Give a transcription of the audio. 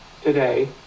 today